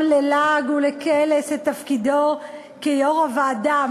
ללעג ולקלס את תפקידו כיושב-ראש הוועדה.